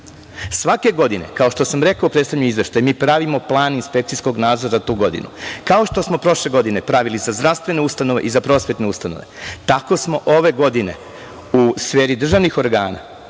godine, kao što sam rekao predstavljajući Izveštaj, mi pravimo plan inspekcijskog nadzora za tu godinu. Kao što smo prošle godine pravili za zdravstvene ustanove i za prosvetne ustanove, tako smo ove godine u sferi državnih organa